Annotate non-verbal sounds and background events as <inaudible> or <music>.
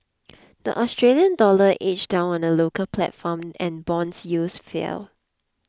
the Australian dollar edged down on the local platform and bond <noise> yields fell